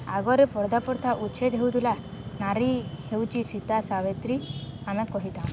ଆଗରେ ପର୍ଦା ପର୍ଥା ଉଚ୍ଛେଦ ହେଉଥିଲା ନାରୀ ହେଉଛି ସୀତା ସାବିତ୍ରୀ ଆମେ କହିଥାଉ